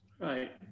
Right